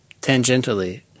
Tangentially